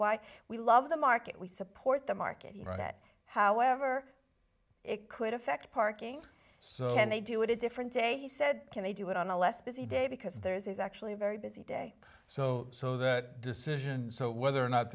why we love the market we support the market here that however it could affect parking so and they do it a different day he said can they do it on a less busy day because theirs is actually a very busy day so so that decision so whether or not